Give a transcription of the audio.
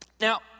Now